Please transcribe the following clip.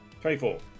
twenty-four